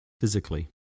physically